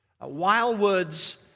Wildwood's